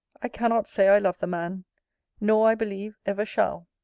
i cannot say i love the man nor, i believe, ever shall.